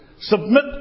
Submit